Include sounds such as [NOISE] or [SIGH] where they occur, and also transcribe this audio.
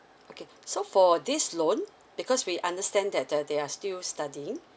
okay [BREATH] so for this loan because we understand that the they're still studying